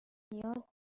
نیاز